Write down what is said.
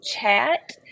chat